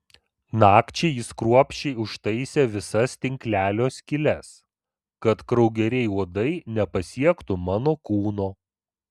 nakčiai jis kruopščiai užtaisė visas tinklelio skyles kad kraugeriai uodai nepasiektų mano kūno